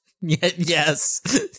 Yes